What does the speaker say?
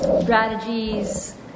strategies